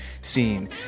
scene